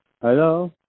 Hello